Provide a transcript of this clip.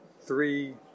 three